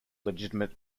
legitimate